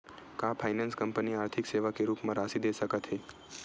का finance company आर्थिक सेवा के रूप म राशि दे सकत हे?